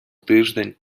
тиждень